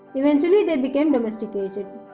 eventually, they became domesticated.